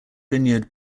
vineyard